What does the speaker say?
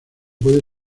puede